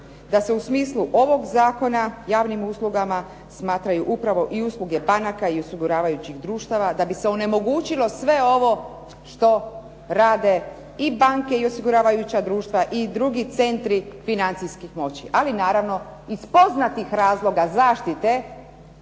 da se u smislu ovog zakona javnim uslugama smatraju upravo i usluge banaka i osiguravajućih društava da bi se onemogućilo sve ovo što rade i banke i osiguravajuća društva i drugi centri financijskih moći, ali naravno iz poznatih razloga zaštite